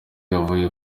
yavuyemo